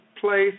place